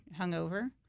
hungover